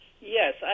Yes